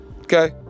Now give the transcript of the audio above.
Okay